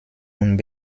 und